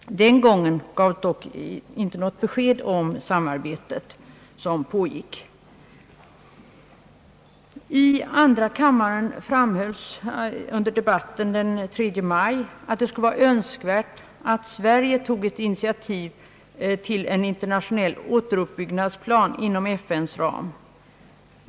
Den gången gavs dock inte något besked om det samarbete som pågick. I andra kammaren framhölls under debatten den 3 maj att det skulle vara önskvärt att Sverige tog ett initiativ till en internationell återuppbyggnadsplan inom FN:s ram.